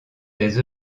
des